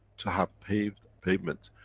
to have paved pavement.